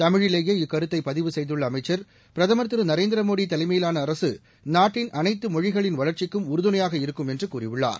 தமிழிலேயே இக்கருத்தை பதிவு செய்துள்ள அமைச்சா் பிரதம் திரு நரேந்திரமோடி தலைமையிலான அரசு நாட்டின் அனைத்து மொழிகளின் வளர்ச்சிக்கும் உறுதுணையாக இருக்கும் என்று கூறியுள்ளார்